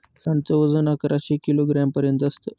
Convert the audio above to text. सांड च वजन अकराशे किलोग्राम पर्यंत असत